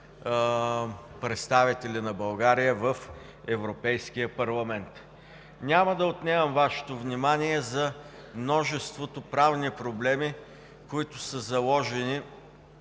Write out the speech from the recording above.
представители на България в Европейския парламент. Няма да отнемам Вашето внимание за множеството правни проблеми, които са заложени